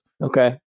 Okay